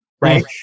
right